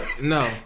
No